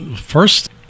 first